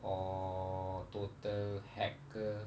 or total hack ke